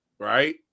Right